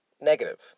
negative